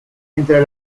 entre